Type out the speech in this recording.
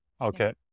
Okay